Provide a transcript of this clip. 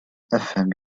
أفهم